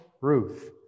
Ruth